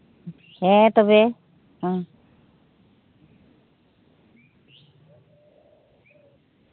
ᱦᱮᱸ ᱛᱚᱵᱮ ᱦᱩᱸ